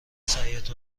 سعیت